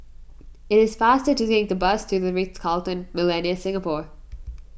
it is faster to take the bus to the Ritz Carlton Millenia Singapore